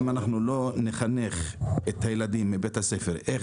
אם אנחנו לא נחנך את הילדים מבית הספר איך